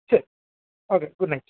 ശരി okay good night